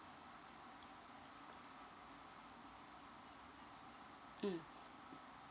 mm